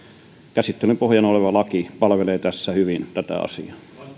käsittelyn pohjana oleva laki palvelee tässä hyvin tätä asiaa